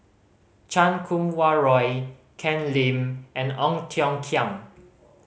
Chan Kum Wah Roy Ken Lim and Ong Tiong Khiam